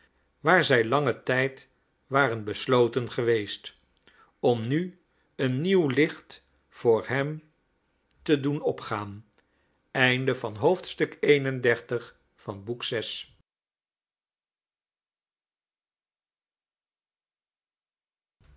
waar zij langen tijd waren besloten geweest om nu een nieuw licht voor hem to doen opgaan xxxii